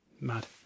mad